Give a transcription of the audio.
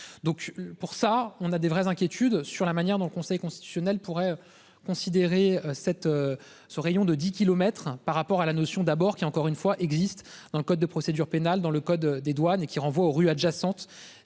Donc pour ça on a des vrais. Inquiétudes sur la manière dont le Conseil constitutionnel pourrait considérer cette ce rayon de 10 kilomètres par rapport à la notion d'abord qu'qui y a encore une fois existe dans le code de procédure pénale dans le code des douanes et qui renvoie aux rues adjacentes,